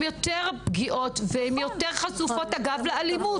יותר פגיעות והן יותר חשופות אגב לאלימות.